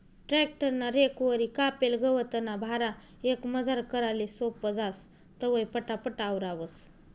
tractor ना रेकवरी कापेल गवतना भारा एकमजार कराले सोपं जास, तवंय पटापट आवरावंस